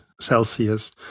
celsius